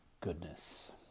goodness